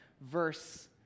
verse